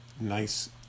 nice